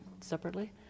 separately